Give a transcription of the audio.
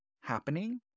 happening